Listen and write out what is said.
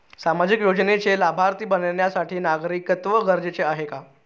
सामाजिक योजनेचे लाभार्थी बनण्यासाठी नागरिकत्व गरजेचे आहे का?